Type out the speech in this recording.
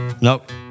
Nope